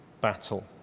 battle